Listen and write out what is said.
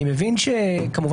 אני מבין שהחיסון,